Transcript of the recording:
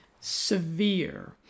severe